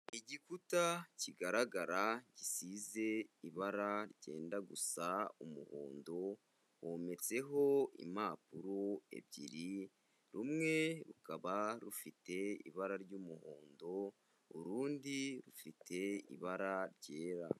Igikuta kigaragara gisize ibara ryenda gusa umuhondo, hometseho impapuro ebyiri rumwe rukaba rufite ibara ry'umuhondo, urundi rufite ibara ryera.